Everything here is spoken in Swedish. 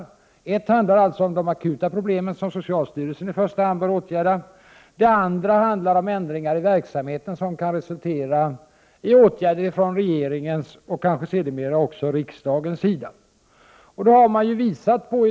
Den ena är de akuta problemen, som i första hand socialstyrelsen bör åtgärda, den andra förändringar i verksamheten som kan resultera i åtgärder från regeringens och kanske sedermera också riksdagens sida.